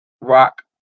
Rock